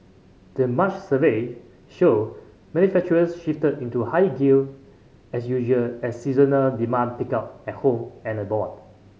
the March survey showed manufacturers shifted into higher gear as usual as seasonal demand picked up at home and abroad